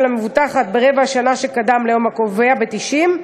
המבוטחת ברבע השנה שקדם ליום הקובע ב-90,